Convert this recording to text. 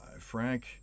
Frank